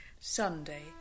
Sunday